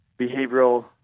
behavioral